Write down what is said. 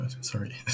Sorry